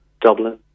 Dublin